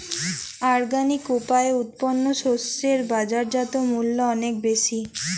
organic উপায়ে উৎপন্ন শস্য এর বাজারজাত মূল্য অনেক বেশি